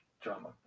drama